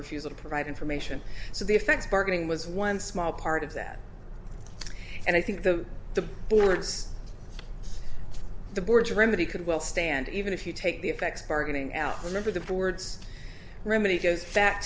refusal to provide information so the effects bargaining was one small part of that and i think the the board's the board's remedy could well stand even if you take the effects bargaining out remember the board's remedy goes back